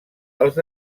els